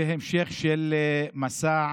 זה המשך של מסע